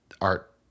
art